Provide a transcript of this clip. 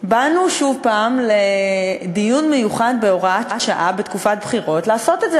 באנו שוב לדיון מיוחד בהוראת שעה בתקופת בחירות לעשות את זה.